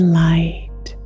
light